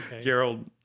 Gerald